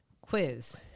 quiz